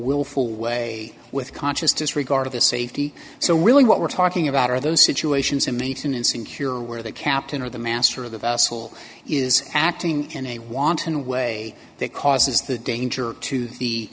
willful way with conscious disregard of the safety so really what we're talking about are those situations in maintenance and cure where the captain or the master of the vessel is acting in a wanton way that causes the danger to